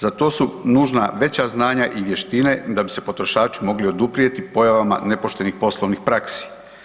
Za to su nužna veća znanja i vještine da bi se potrošači mogli oduprijeti pojavama nepoštenih poslovnih praksi.